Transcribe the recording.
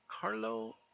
carlo